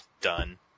done